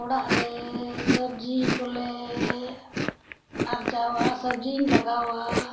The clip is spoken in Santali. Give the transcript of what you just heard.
ᱚᱲᱟᱜ ᱨᱮ ᱥᱚᱵᱽᱡᱤ ᱠᱚᱞᱮ ᱟᱨᱡᱟᱣᱟ ᱥᱚᱵᱽᱡᱤᱧ ᱞᱟᱜᱟᱣᱟ